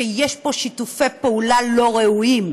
שיש פה שיתופי פעולה לא ראויים,